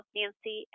nancy